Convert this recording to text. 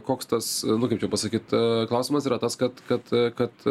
koks tas nu kaip čia pasakyt klausimas yra tas kad kad kad